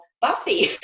Buffy